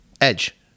edge